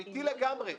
אמתי לגמרי,